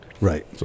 right